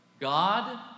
God